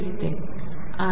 दिसते